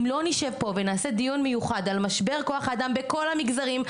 אם לא נשב פה ונעשה דיון מיוחד על משבר כל האדם בכל המגזרים,